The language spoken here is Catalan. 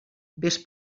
vés